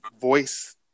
voice